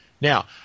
Now